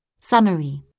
Summary